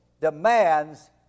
demands